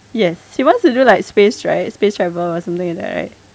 yes he wants to do like space right space travel or something like that right